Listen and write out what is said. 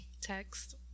Text